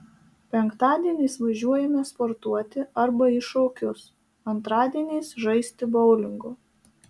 penktadieniais važiuojame sportuoti arba į šokius antradieniais žaisti boulingo